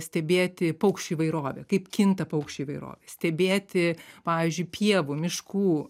stebėti paukščių įvairovę kaip kinta paukščių įvairovė stebėti pavyzdžiui pievų miškų